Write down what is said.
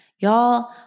Y'all